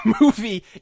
movie